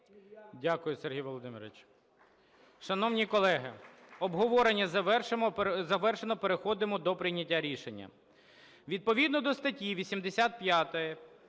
Дякую, Сергій Володимирович. Шановні колеги, обговорення завершено. Переходимо до прийняття рішення. Відповідно до статті 85,